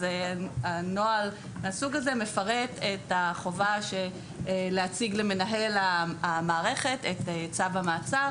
הנוהל מסוג הזה מפרט את החובה להציג למנהל המערכת את צו המעצר